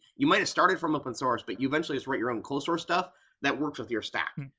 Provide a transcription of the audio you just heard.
you might have started from open source, but you eventually write your own cold source stuff that works with your stack.